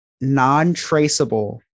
non-traceable